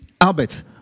Albert